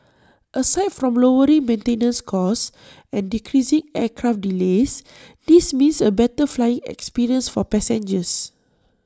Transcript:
aside from lowering maintenance costs and decreasing aircraft delays this means A better flying experience for passengers